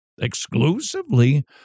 exclusively